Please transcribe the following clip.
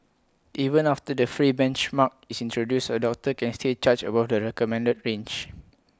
even after the free benchmark is introduced A doctor can still charge above the recommended range